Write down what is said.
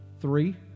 Three